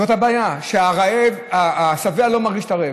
זאת הבעיה, שהשבע לא מרגיש את הרעֵב,